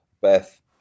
Beth